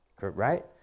right